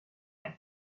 sur